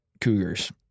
Cougars